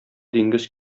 диңгез